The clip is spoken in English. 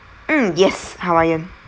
mm yes hawaiian